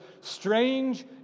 strange